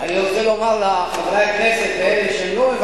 אני רוצה לומר לך שאני הייתי גאה לשמוע אותך,